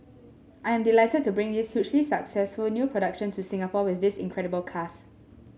I am delighted to bring this hugely successful new production to Singapore with this incredible cast